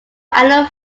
annual